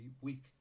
week